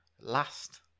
last